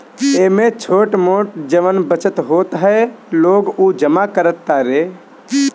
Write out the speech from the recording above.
एमे छोट मोट जवन बचत होत ह लोग उ जमा करत तारे